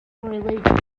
religion